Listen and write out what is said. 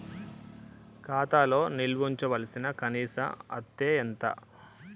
ఖాతా లో నిల్వుంచవలసిన కనీస అత్తే ఎంత?